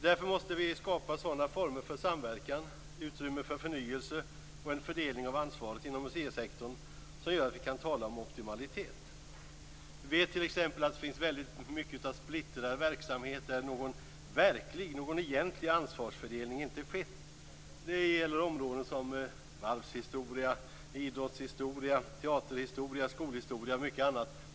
Därför måste vi skapa sådana former för samverkan, utrymme för förnyelse och en fördelning av ansvaret inom museisektorn att vi kan tala om optimalitet. Vi vet t.ex. att det finns mycket av splittrad verksamhet där någon verklig ansvarsfördelning inte skett. Det gäller områden som varvshistoria, idrottshistoria, teaterhistoria, skolhistoria och mycket annat.